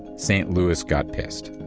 st. louis got pissed.